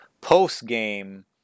post-game